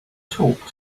talk